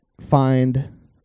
find